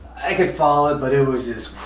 i could follow it, but it was this.